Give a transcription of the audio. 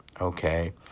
okay